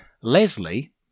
Leslie